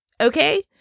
okay